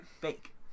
fake